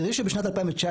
תראו שבשנת 2019,